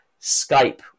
Skype